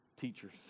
teachers